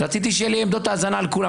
רציתי שיהיו לי עמדות האזנה על כולם,